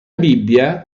bibbia